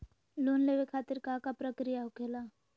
Loan लेवे खातिर का का प्रक्रिया होखेला?